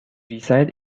reside